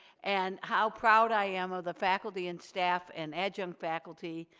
and how proud i am of the faculty and staff and adjunct faculty,